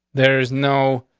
there is no